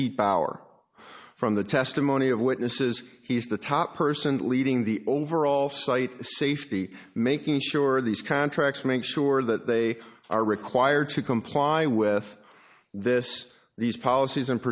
peak power from the testimony of witnesses he's the top person leading the overall site safety making sure these contracts make sure that they are required to comply with this these policies and